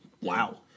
Wow